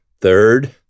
Third